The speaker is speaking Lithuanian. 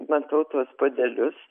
matau tuos puodelius